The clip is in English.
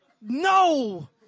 no